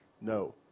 No